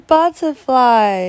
Butterfly